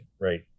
Right